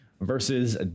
versus